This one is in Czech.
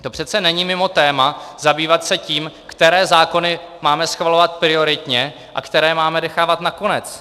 To přece není mimo téma zabývat se tím, které zákony máme schvalovat prioritně a které máme nechávat nakonec.